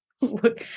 Look